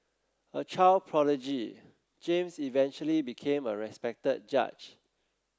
a child prodigy James eventually became a respected judge